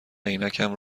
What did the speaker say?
عینکم